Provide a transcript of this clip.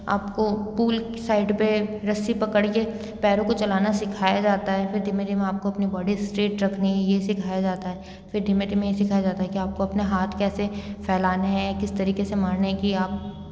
आपको pool side पे रस्सी पकड़ के पैरों को चलाना सिखाया जाता है फिर धीमे धीमे आपको अपनी बॉडी स्ट्रेट रखनी है ये सिखाया जाता है फिर धीमे धीमे यह सिखाया जाता है कि आपको अपने हाथ कैसे फैलाने हैं किस तरीके से मारने हैं कि आप